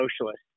socialist